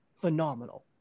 phenomenal